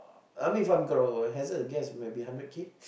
I mean from girl hasn't address maybe hundred K